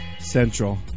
Central